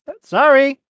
sorry